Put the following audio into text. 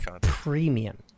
premium